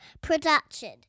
production